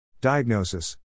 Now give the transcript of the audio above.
Diagnosis